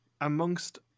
amongst